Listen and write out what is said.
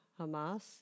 Hamas